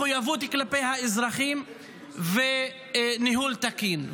מחויבות כלפי האזרחים וניהול תקין.